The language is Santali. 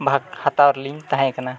ᱵᱷᱟᱜᱽ ᱦᱟᱛᱟᱣ ᱨᱮᱞᱤᱧ ᱛᱟᱦᱮᱸ ᱠᱟᱱᱟ